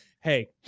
hey